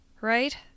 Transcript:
Right